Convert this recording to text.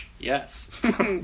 Yes